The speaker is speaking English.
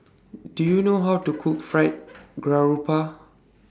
Do YOU know How to Cook Fried Garoupa